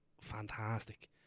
fantastic